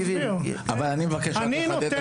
אני מבקש רק לחדד את